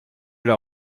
elle